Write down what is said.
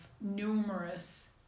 numerous